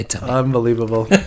Unbelievable